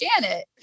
Janet